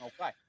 Okay